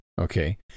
Okay